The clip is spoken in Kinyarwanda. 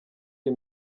iyi